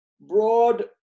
broad